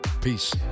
peace